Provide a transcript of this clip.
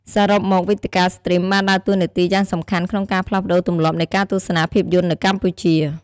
សរុបមក វេទិកាស្ទ្រីមបានដើរតួនាទីយ៉ាងសំខាន់ក្នុងការផ្លាស់ប្ដូរទម្លាប់នៃការទស្សនាភាពយន្តនៅកម្ពុជា។